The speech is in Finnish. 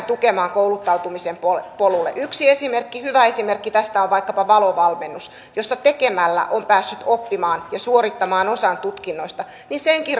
tukemaan kouluttautumisen polulle polulle yksi hyvä esimerkki tästä on vaikkapa valo valmennus jossa tekemällä on päässyt oppimaan ja suorittamaan osan tutkinnosta senkin